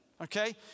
Okay